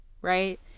right